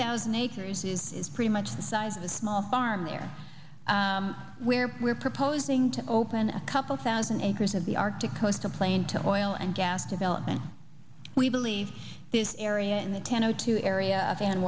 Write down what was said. thousand acres is pretty much the size of a small farm there where we're proposing to open a couple thousand acres of the arctic coastal plain to oil and gas development we believe this area in the ten o two area